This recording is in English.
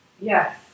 Yes